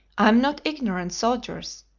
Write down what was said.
i am not ignorant, soldiers,